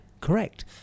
correct